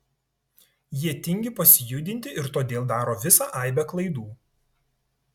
jie tingi pasijudinti ir todėl daro visą aibę klaidų